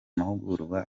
mahugurwa